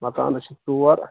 مکانَس چھِ ژور